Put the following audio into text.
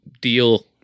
deal